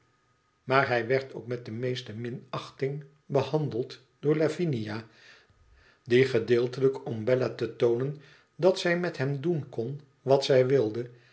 maar hij werd ook met de meeste minachiing behandeld door livinia die gedeeltelijk om aan bella te toonen dat zij met hem doen kon wat zij wilde